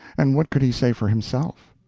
and what could he say for himself?